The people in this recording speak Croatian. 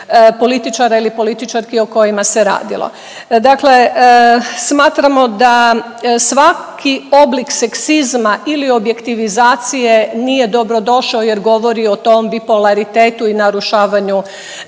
političara ili političarki o kojima se radilo. Dakle smatramo da svaki oblik seksizma ili objektivizacije nije dobro došao jer govori o tom bipolaritetu i narušavanju